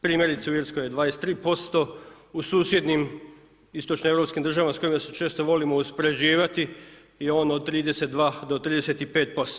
Primjerice u Irskoj je 23%, u susjednim istočnoeuropskim državama s kojima se često volimo uspoređivati je on od 32 do 35%